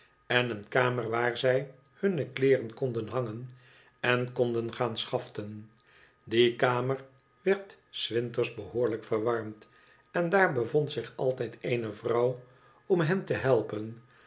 en een kamer waar zij hunne kleeren konden hangen en konden gaan schaften die kamer werd s winters behoorlijk verwarmd en daar bevond zich altijd eene vrouw om hen te helpen